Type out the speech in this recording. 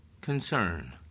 concern